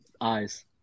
eyes